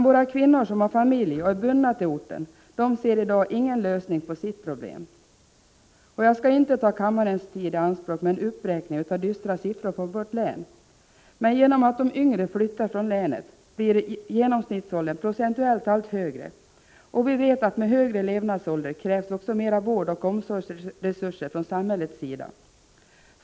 Våra kvinnor, som har familj och är bundna till orten, ser i dag ingen lösning på sitt problem. Jag skall inte ta kammarens tid i anspråk med en uppräkning av dystra siffror för vårt län, men genom att de yngre flyttar från länet blir genomsnittsåldern procentuellt allt högre. Vi vet att med högre levnadsålder krävs också mera vårdoch omsorgsresurser från samhällets sida.